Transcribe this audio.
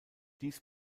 dies